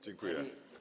Dziękuję.